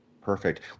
Perfect